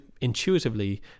intuitively